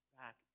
back